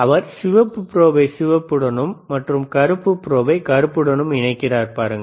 அவர் சிவப்பு ப்ரோபை சிவப்புடனும் மற்றும் கருப்பு ப்ரோபை கருப்புடனும் இணைக்கிறார் பாருங்கள்